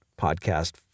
podcast